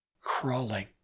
crawling